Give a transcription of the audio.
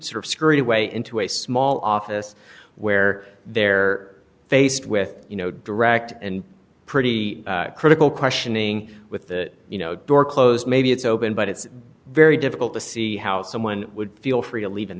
sort of scurried away into a small office where they're faced with you know direct and pretty critical questioning with the you know door close maybe it's open but it's very difficult to see how someone would feel free to leave in